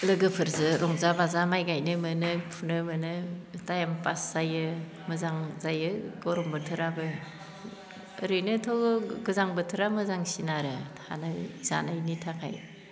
लोगोफोरजो रंजा बाजा माइ गायनो मोनो फुनो मोनो टाइम पास जायो मोजां जायो गरम बोथोराबो ओरैनोथ' गोजां बोथोरा मोजांसिन आरो थानो जानायनि थाखाय